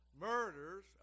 murders